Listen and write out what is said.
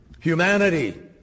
humanity